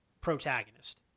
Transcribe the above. protagonist